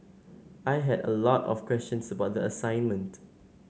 I had a lot of questions about the assignment